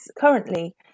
currently